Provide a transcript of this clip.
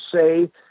say